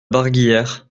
barguillère